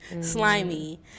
slimy